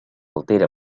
altera